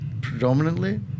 predominantly